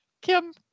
Kim